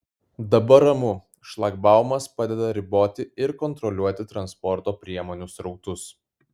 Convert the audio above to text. dabar ramu šlagbaumas padeda riboti ir kontroliuoti transporto priemonių srautus